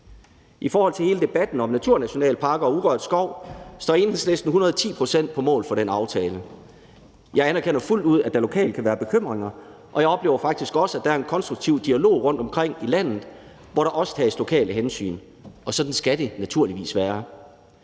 I forhold til hele debatten om naturnationalparker og urørt skov står Enhedslisten hundrede ti procent på mål for den aftale. Jeg anerkender fuldt ud, at der lokalt kan være bekymringer, og jeg oplever faktisk også, at der er en konstruktiv dialog rundtomkring i landet, hvor der også tages lokale hensyn, og sådan skal det naturligvis være.